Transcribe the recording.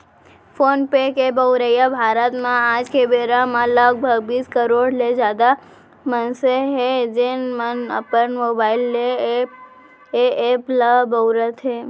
phone पे के बउरइया भारत म आज के बेरा म लगभग बीस करोड़ ले जादा मनसे हें, जेन मन अपन मोबाइल ले ए एप ल बउरत हें